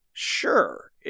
Sure